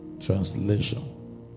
Translation